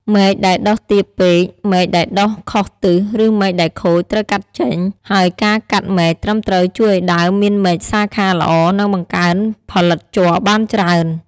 មែកដែលដុះទាបពេក មែកដែលដុះខុសទិស ឬមែកដែលខូច ត្រូវកាត់ចេញ ហើយការកាត់មែកត្រឹមត្រូវជួយឱ្យដើមមានមែកសាខាល្អ និងបង្កើនផលិតជ័របានច្រើន។